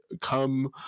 come